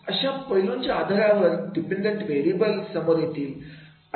अशा पैलूंचा आधारावर डिपेंडंट व्हेरिएबल समोर येतील